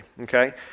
Okay